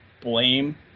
blame